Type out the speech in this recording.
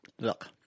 Look